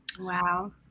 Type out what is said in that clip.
Wow